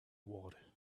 ward